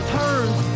turns